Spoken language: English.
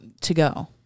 To-go